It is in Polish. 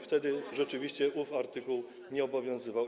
Wtedy rzeczywiście ów artykuł nie obowiązywał.